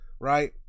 right